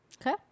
Okay